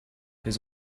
his